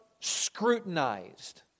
scrutinized